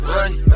Money